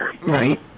Right